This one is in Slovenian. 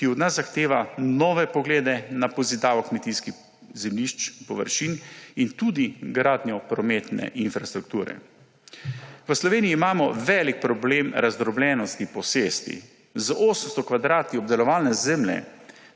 ki od nas zahteva nove poglede na pozidavo kmetijskih zemljišč, površin in tudi gradnjo prometne infrastrukture. V Sloveniji imamo velik problem razdrobljenosti posesti. Z 800 kvadrati obdelovalne zemlje